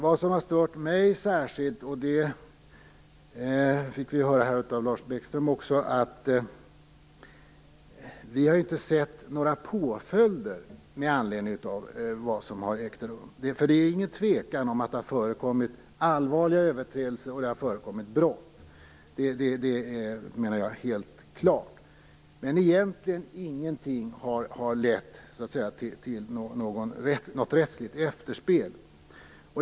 Vad som har stört mig särskilt är det som vi också fick höra av Lars Bäckström, alltså att vi inte har sett några påföljder med anledning av det som har ägt rum. Det är ingen tvekan om att det har förekommit allvarliga överträdelser och brott. Det är, menar jag, helt klart. Men ingenting har egentligen lett till något rättsligt efterspel.